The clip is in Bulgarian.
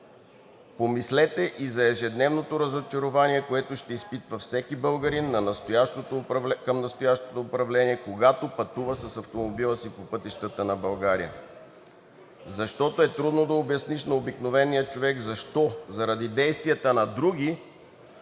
Помислете и за ежедневното разочарование, което ще изпитва всеки българин към настоящото управление, когато пътува с автомобила си по пътищата на България, защото е трудно да обясниш на обикновения човек защо заради действията на други